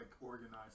organized